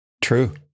True